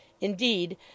Indeed